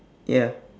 ya